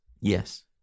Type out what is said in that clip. Yes